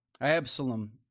Absalom